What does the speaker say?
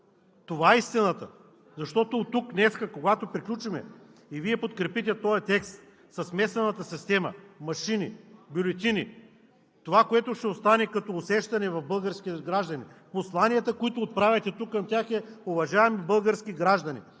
Това е истината! Защото тук днес, когато приключим и Вие подкрепите текста със смесената система – машини и бюлетини, това, което ще остане като усещане в българските граждани, посланията, които отправяте от тук към тях, са: „Уважаеми български граждани,